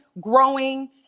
growing